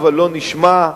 לא נשמע,